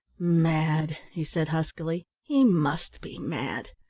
mad! he said huskily. he must be mad!